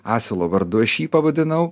asilo vardu aš jį pavadinau